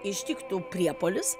ištiktų priepuolis